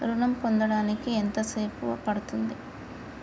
ఋణం పొందడానికి ఎంత సేపు పడ్తుంది?